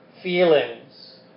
feelings